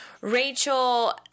Rachel